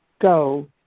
go